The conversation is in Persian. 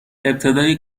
ابتدای